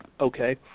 okay